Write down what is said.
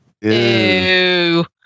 Ew